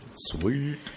Sweet